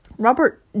Robert